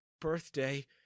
birthday